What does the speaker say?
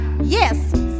Yes